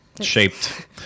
shaped